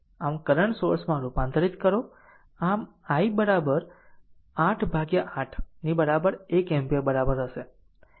આમ કરંટ સોર્સમાં રૂપાંતરિત કરો આમ i બરાબર 8 ભાગ્યા 8 ની બરાબર 1 એમ્પીયર બરાબર હશે